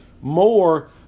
more